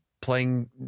playing